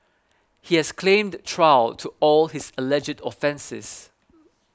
he has claimed trial to all his alleged offences